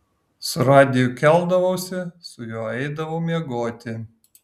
su radiju keldavausi su juo eidavau miegoti